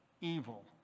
evil